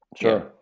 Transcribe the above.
Sure